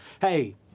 hey—